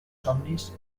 somnis